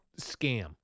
Scam